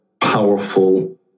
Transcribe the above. powerful